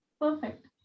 perfect